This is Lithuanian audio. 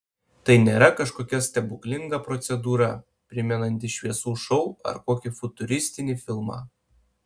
tai nėra kažkokia stebuklinga procedūra primenanti šviesų šou ar kokį futuristinį filmą